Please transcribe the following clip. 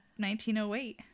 1908